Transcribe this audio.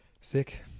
sick